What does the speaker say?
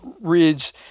reads